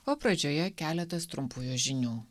o pradžioje keletas trumpųjų žinių